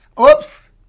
Oops